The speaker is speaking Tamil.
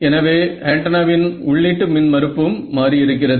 எனவே ஆன்டென்னாவின் உள்ளீட்டு மின் மறுப்பும் மாறி இருக்கிறது